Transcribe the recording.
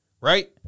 Right